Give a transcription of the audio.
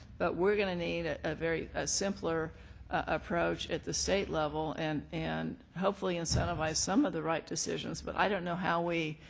but we're going to need ah a very a simpler approach at the state level and and hopefully incentivize some of the right decisions. but i don't know how we,